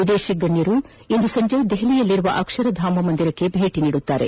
ವಿದೇಶಿ ಗಣ್ಣರು ಇಂದು ಸಂಜೆ ದೆಹಲಿಯಲ್ಲಿರುವ ಅಕ್ಷರಧಾಮ ಮಂದಿರಕ್ಕೆ ಭೇಟಿ ನೀಡಲಿದ್ದಾರೆ